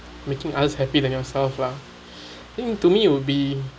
making others happy than yourself lah to me it would be